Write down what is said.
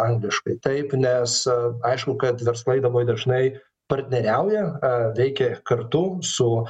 angliškai taip nes aišku kad verslai labai dažnai partneriauja veikia kartu su